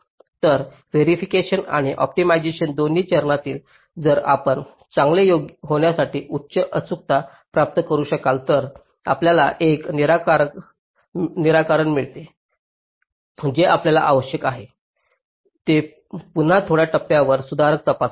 तर वेरिफिकेशन आणि ऑप्टिमायझेशन दोन्ही चरणांसाठी जर आपण चांगले होण्यासाठी उच्च अचूकता प्राप्त करू शकाल तर आपल्याला एक निराकरण मिळेल जे आपल्याला आवश्यक आहे ते पुन्हा थोड्या टप्प्यावर सुधारक तपासा